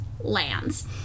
lands